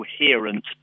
coherent